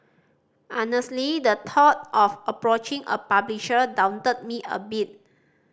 honestly the thought of approaching a publisher daunted me a bit